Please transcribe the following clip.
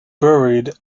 buried